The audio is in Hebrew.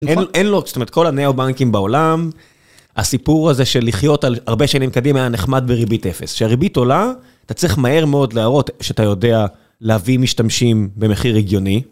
אין לו, זאת אומרת, כל הנאו-בנקים בעולם, הסיפור הזה של לחיות הרבה שנים קדימה היה נחמד בריבית אפס. כשהריבית עולה, אתה צריך מהר מאוד להראות שאתה יודע להביא משתמשים במחיר רגיוני.